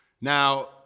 Now